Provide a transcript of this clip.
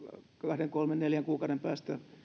kahden kolmen tai neljän kuukauden päästä